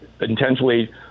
intentionally